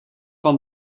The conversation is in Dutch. van